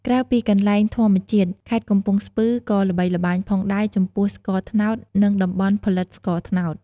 ក្រៅពីកន្លែងធម្មជាតិ ខេត្តកំពង់ស្ពឺក៏ល្បីល្បាញផងដែរចំពោះ ស្ករត្នោត និងតំបន់ផលិតស្ករត្នោត។